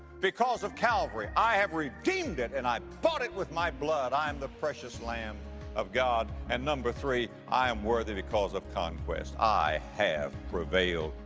because of calvary i have redeemed it and i bought it with my blood. i am the precious lamb of god. and number three, i am worthy because of conquest i have prevailed.